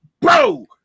bro